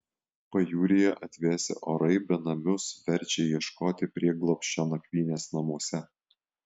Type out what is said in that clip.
pajūryje atvėsę orai benamius verčia ieškoti prieglobsčio nakvynės namuose